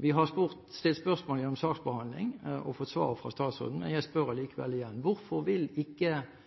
Vi har stilt spørsmål gjennom saksbehandling og fått svar fra statsråden. Jeg spør likevel igjen: Hvorfor vil ikke